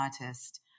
artist